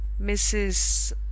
Mrs